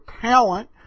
talent